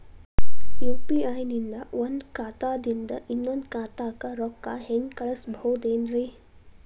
UPI ನಿಂದ ಒಂದ್ ಖಾತಾದಿಂದ ಇನ್ನೊಂದು ಖಾತಾಕ್ಕ ರೊಕ್ಕ ಹೆಂಗ್ ಕಳಸ್ಬೋದೇನ್ರಿ?